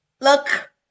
Look